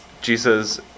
Jesus